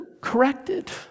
corrected